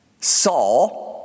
Saul